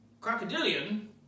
Crocodilian